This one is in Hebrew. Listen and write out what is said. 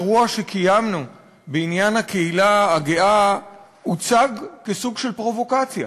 כל אירוע שקיימנו בעניין הקהילה הגאה הוצג כסוג של פרובוקציה